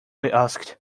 asked